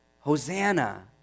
Hosanna